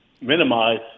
minimize